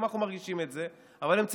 גם אנחנו מרגישים את זה,